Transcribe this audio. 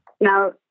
Now